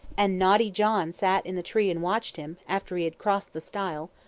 and naughty john sat in the tree and watched him, after he had crossed the stile,